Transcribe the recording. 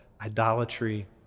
idolatry